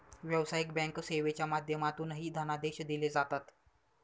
व्यावसायिक बँक सेवेच्या माध्यमातूनही धनादेश दिले जातात